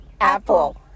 Apple